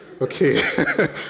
Okay